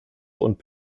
und